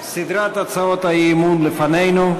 סדרת הצבעות האי-אמון בפנינו.